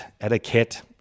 etiquette